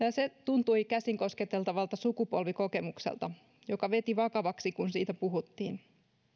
ja se tuntui käsin kosketeltavalta sukupolvikokemukselta joka veti vakavaksi kun siitä puhuttiin